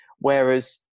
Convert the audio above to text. Whereas